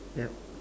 yup